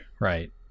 right